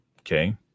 okay